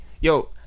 Yo